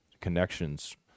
connections